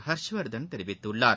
ஹர்ஷ்வர்தன் தெரிவித்துள்ளார்